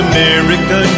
America